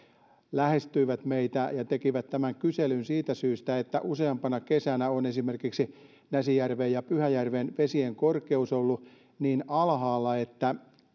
lähestyivät meitä he tekivät tämän kyselyn siitä syystä että useampana kesänä on esimerkiksi näsijärven ja pyhäjärven vesien korkeus ollut niin alhaalla että